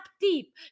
deep